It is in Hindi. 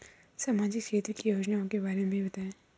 सामाजिक क्षेत्र की योजनाओं के बारे में बताएँ?